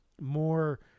more